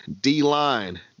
D-line